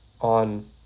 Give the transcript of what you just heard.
on